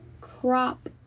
crop